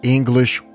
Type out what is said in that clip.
English